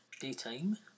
daytime